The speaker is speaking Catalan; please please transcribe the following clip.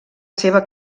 seva